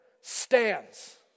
stands